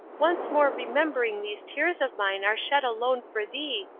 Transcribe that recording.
once more remembering these tears of mine are shed alone for thee,